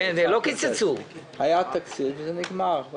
היה תקציב ונגמר.